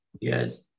Yes